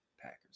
Packers